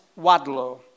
Wadlow